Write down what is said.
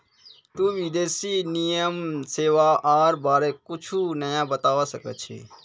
तुई विदेशी विनिमय सेवाआर बारे कुछु नया बतावा सक छी